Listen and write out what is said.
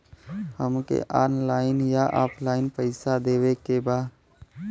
हमके ऑनलाइन या ऑफलाइन पैसा देवे के बा?